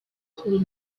pull